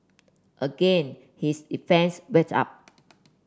again his defence went up